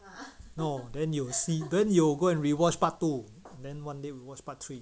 no then you see then you will go and re-watch part two then one day we'll watch part three